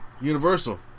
Universal